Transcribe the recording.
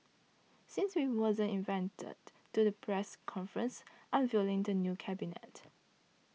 since we wasn't invented to the press conference unveiling the new cabinet